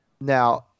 Now